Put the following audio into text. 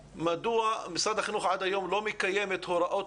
מדוע משרד החינוך עד היום לא מקיים את הוראות